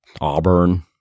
Auburn